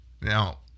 Now